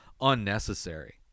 unnecessary